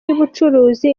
y’ubucuruzi